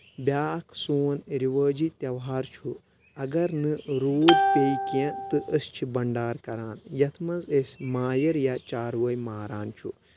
بیاکھ سون رِوٲجی تہوہار چھُ اگر نہٕ روٗد پیٚیہِ کینٛہہ تہٕ أسۍ چھِ بنٛڈار کَران یتھ منٛز أسۍ مایر یا چاروٲے ماران چھُ